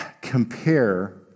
compare